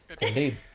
Indeed